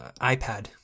ipad